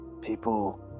People